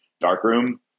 darkroom